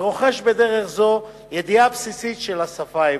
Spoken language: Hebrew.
ורוכש בדרך זאת ידיעה בסיסית של השפה העברית.